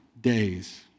days